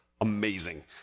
amazing